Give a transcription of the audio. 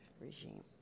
regime